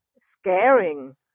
scaring